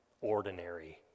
ordinary